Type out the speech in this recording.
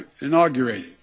inaugurated